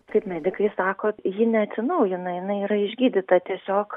kaip medikai sako ji neatsinaujina jinai yra išgydyta tiesiog